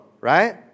right